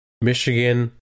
Michigan